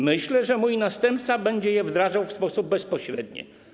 Myślę, że mój następca będzie je wdrażał w sposób bezpośredni.